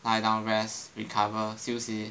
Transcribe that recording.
lie down rest recover 休息